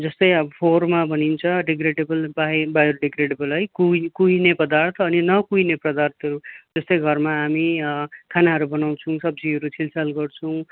जस्तै अब फोहरमा भनिन्छ डिग्रेडेबल बायोडिग्रेडेबल है कुहिने पदार्थ अनि नकुहिने पदार्थहरू जस्तै घरमा हामी खानाहरू बनाउँछौँ सब्जीहरू छिलछाल गर्छौँ